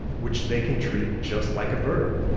which they can treat just like a verb.